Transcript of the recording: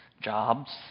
jobs